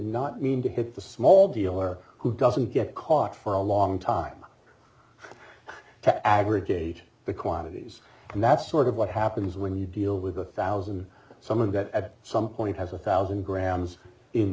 not mean to hit the small dealer who doesn't get caught for a long time to aggregate the quantities and that's sort of what happens when you deal with a thousand some of that at some point has a thousand grams in